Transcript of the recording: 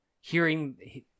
hearing